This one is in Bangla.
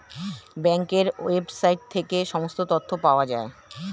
ব্যাঙ্কের ওয়েবসাইট থেকে সমস্ত তথ্য পাওয়া যায়